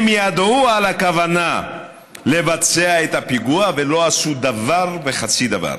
הם ידעו על הכוונה לבצע את הפיגוע ולא עשו דבר וחצי דבר.